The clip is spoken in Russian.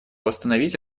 восстановить